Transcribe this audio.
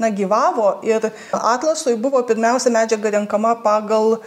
na gyvavo ir atlasui buvo pirmiausia medžiaga renkama pagal